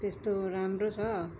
त्यस्तो राम्रो छ